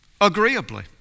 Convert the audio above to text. agreeably